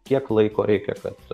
kiek laiko reikia kad